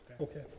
Okay